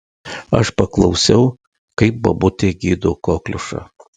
aš paklausiau kaip bobutė gydo kokliušą